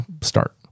start